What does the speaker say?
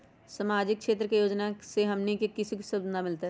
सामाजिक क्षेत्र के योजना से हमनी के की सुविधा मिलतै?